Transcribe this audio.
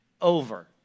over